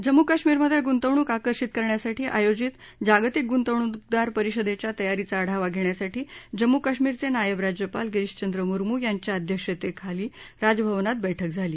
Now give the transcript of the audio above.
जम्म् कश्मीरमधे गुंतवणूक आकर्षित करण्यासाठी आयोजित जागतिक गुंतवणूकदार परिषदेच्या तयारीचा आढावा घेण्यासाठी जम्मू कश्मीरचे नायब राज्यपाल गिरीशचंद्र मुरमू यांच्या अध्यक्षतेखाल राजभवनात बैठक झाली